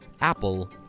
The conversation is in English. Apple